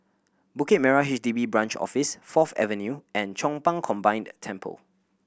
Bukit Merah H D B Branch Office Fourth Avenue and Chong Pang Combined Temple